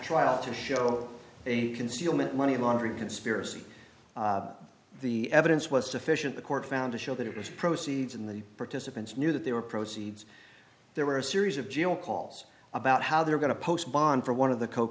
trial to show a concealment money laundering conspiracy the evidence was sufficient the court found to show that it was proceeds in the participants knew that they were proceeds there were a series of general calls about how they're going to post bond for one of the co